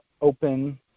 open